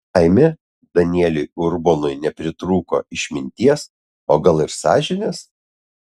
laimė danieliui urbonui nepritrūko išminties o gal ir sąžinės